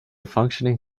functioning